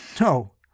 No